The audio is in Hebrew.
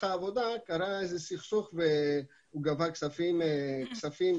העבודה חל איזה סכסוך והוא גבה כספים מיותרים,